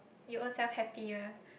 you ownself happy ah